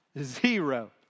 Zero